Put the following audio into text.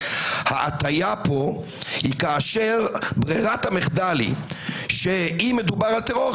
ההטיה פה היא כאשר ברירת המחדל היא שאם מדובר על טרור,